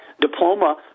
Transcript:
diploma